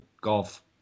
golf